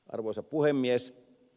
arvoisa puhemies